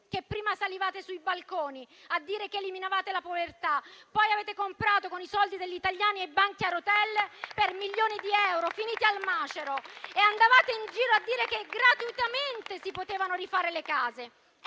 che prima salivate sui balconi a dire che eliminavate la povertà e poi avete comprato con i soldi degli italiani i banchi a rotelle per milioni di euro finiti al macero, e andavate in giro a dire che gratuitamente si potevano rifare le case.